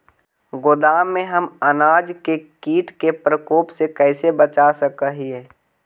गोदाम में हम अनाज के किट के प्रकोप से कैसे बचा सक हिय?